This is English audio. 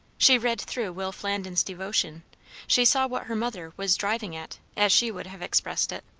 she read through will flandin's devotion she saw what her mother was driving at, as she would have expressed it.